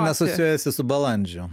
man asocijuojasi su balandžiu